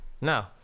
No